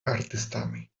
artystami